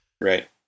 Right